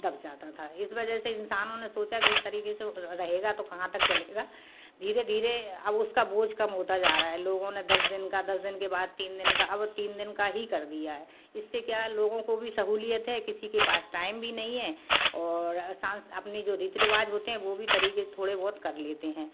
दब जाता था इस वजह से इंसानों ने सोचा कि इस तरीक़े से वो रहेगा तो कहाँ तक चलेगा धीरे धीरे अब उसका बोझ कम होता जा रहा है लोगों ने दस दिन का दस दिन के बाद तीन दिन का अब तीन दिन का ही कर दिया है इससे क्या है लोगों को भी सहूलयत है किसी के पास टाइम भी नहीं है और सांस अपने जो रीति रिवाज होते हैं वो भी तरीक़े से थोड़े बहुत कर लेते हैं